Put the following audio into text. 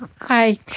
Hi